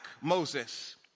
Moses